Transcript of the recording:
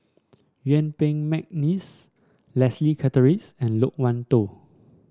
Yuen Peng McNeice Leslie Charteris and Loke Wan Tho